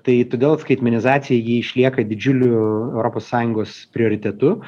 tai todėl skaitmenizacija ji išlieka didžiuliu europos sąjungos prioritetu